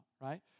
right